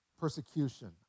Persecution